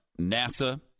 NASA